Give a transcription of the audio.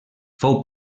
fou